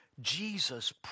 Jesus